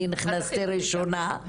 אני נכנסתי ראשונה,